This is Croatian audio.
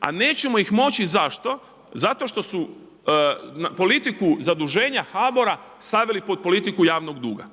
a nećemo ih moći. Zašto? Zato što su politiku zaduženja HBOR-a stavili pod politiku javnog duga.